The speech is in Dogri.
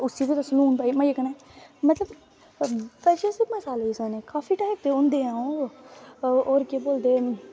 उसी बी तुस लून पाईयै मज़ै कन्नै मतलव मजे नै बनाई सकने काफी टाईप दे होंदे ऐं ओह् होर केह् बोलदे